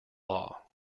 law